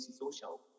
Social